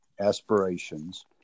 aspirations